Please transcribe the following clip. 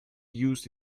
used